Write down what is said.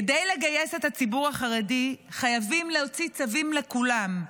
כדי לגייס את הציבור החרדי חייבים להוציא צווים לכולם,